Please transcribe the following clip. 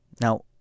Now